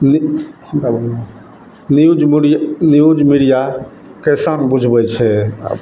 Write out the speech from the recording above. न्यूजमे ई फाइलमे न्यूज मुडिया न्यूज मीड़िया कैसाम बुझबै छै